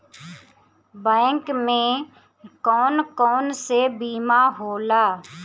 Bank में कौन कौन से बीमा होला?